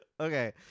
Okay